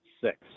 six